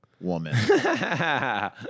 woman